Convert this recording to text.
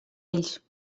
ells